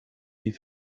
die